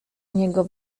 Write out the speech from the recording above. niego